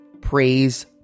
praise